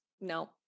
no